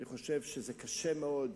אני חושב שזה קשה מאוד